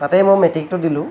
তাতেই মই মেট্ৰিকটো দিলোঁ